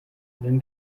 then